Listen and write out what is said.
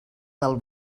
del